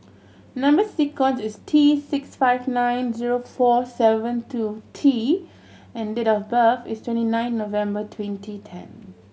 number sequence is T six five nine zero four seven two T and date of birth is twenty nine November twenty ten